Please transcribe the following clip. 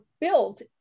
built